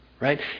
Right